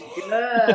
good